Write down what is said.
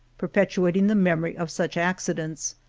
perpetuating the memory of such accidents,